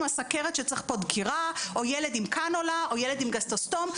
סוכרת שצריך דקירה או ילד עם קנולה או ילד גסטרוסטום,